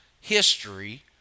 history